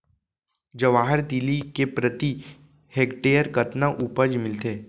जवाहर तिलि के प्रति हेक्टेयर कतना उपज मिलथे?